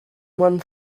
one